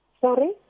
Sorry